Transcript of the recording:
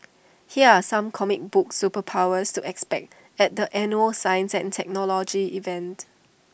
here are some comic book superpowers to expect at the annual science and technology event